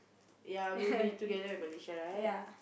ya we'll be together in Malaysia right